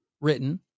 written